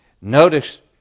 Notice